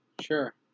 Sure